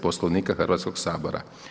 Poslovnika Hrvatskog sabora.